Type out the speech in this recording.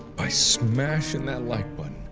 by smashing that like button.